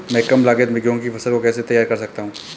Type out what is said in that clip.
मैं कम लागत में गेहूँ की फसल को कैसे तैयार कर सकता हूँ?